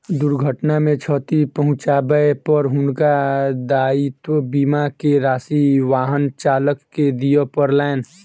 दुर्घटना मे क्षति पहुँचाबै पर हुनका दायित्व बीमा के राशि वाहन चालक के दिअ पड़लैन